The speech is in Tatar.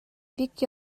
бик